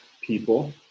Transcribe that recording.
people